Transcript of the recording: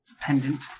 pendant